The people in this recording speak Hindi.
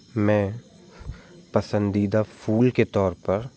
मैं पसंदीदा फूल के तौर पर